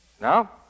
Now